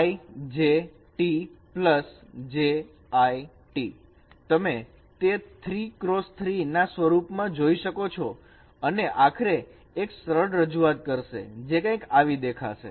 I T તમે તે 3 x 3 ના સ્વરૂપમાં જોઈ શકો છો અને આખરે એક સરળ રજૂઆત કરશે જે કંઈક આવી દેખાશે